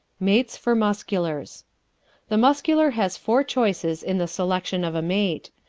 mates for musculars the muscular has four choices in the selection of a mate.